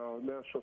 national